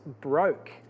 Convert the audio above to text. broke